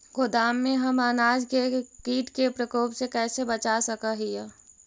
गोदाम में हम अनाज के किट के प्रकोप से कैसे बचा सक हिय?